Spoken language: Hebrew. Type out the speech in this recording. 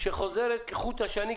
שחוזרת כחוט השני,